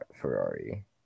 ferrari